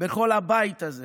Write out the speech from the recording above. בכל הבית הזה